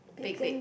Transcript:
bac~ bac~